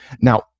Now